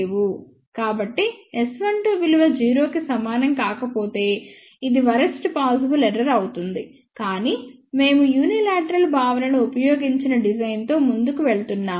కాబట్టి S12 విలువ 0 కి సమానం కాకపోతే ఇది వరెస్ట్ పాసిబుల్ ఎర్రర్ అవుతుంది కానీ మేము యూనిలేట్రల్ భావనను ఉపయోగించిన డిజైన్తో ముందుకు వెళ్తున్నాము